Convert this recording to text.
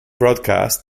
broadcast